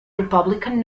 republican